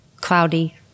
cloudy